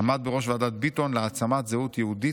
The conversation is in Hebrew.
עמד בראש ועדת ביטון להעצמת זהות יהודית,